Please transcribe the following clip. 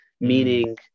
meaning